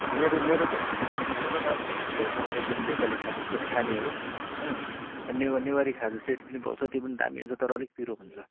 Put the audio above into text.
मेरो मेरो त म त मेरो त अब फिक्स भयो म त एकदम नेपाली खाजा सेट खाने हो अँ ने नेवारी खाजा सेट पनि पाउँछ त्यो पनि दामी हुन्छ तर अलिक पिरो हुन्छ